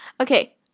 Okay